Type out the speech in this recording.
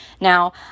Now